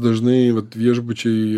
dažnai viešbučiai